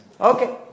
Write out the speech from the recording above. Okay